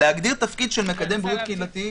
להגדיר תפקיד של "מקדם בריאות קהילתי".